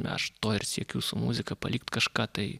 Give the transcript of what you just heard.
aš to ir siekiu su muzika palikt kažką tai